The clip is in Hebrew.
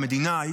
המדינה,